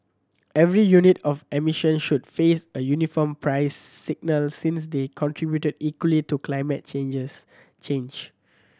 every unit of emissions should face a uniform price signal since they contribute equally to climate changes change